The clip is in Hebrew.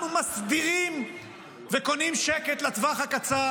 אנחנו מסדירים וקונים שקט לטווח הקצר